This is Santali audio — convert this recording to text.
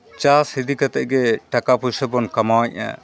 ᱪᱟᱥ ᱤᱫᱤ ᱠᱟᱛᱮᱫ ᱜᱮ ᱴᱟᱠᱟ ᱯᱚᱭᱥᱟ ᱵᱚᱱ ᱠᱟᱢᱟᱣᱮᱜᱼᱟ